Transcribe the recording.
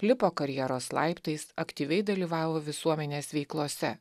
lipo karjeros laiptais aktyviai dalyvavo visuomenės veiklose